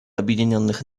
объединенных